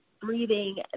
breathing